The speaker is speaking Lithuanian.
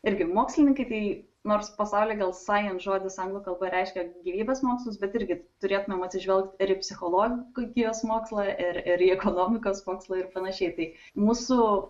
irgi mokslininkai tai nors pasauly gal sain žodis anglų kalba reiškia gyvybės mokslus bet irgi turėtume atsižvelgt ir į psichologijos mokslą ir ir į ekonomijos mokslą ir panašiai tai mūsų